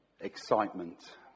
excitement